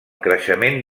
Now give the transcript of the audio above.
creixement